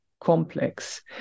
complex